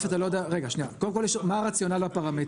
קודם כל, מה הרציונל הפרמטרי?